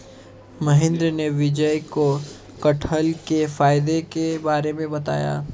महेंद्र ने विजय को कठहल के फायदे के बारे में बताया